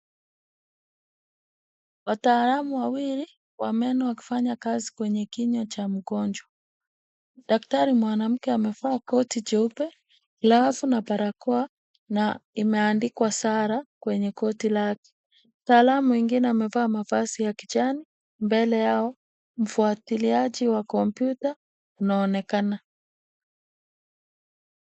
Wataalamu wawili wa meno wakifanya kazi kwenye kinywa cha mgonjwa. Daktari mwanamke amevaa koti jeupe, glavu na barakoa na imeandikwa Sarah kwenye koti lake. Mtaalam mwingine amevaa mavazi ya kijani, mbele yao mfuatiliaji wa komputa unaonekana.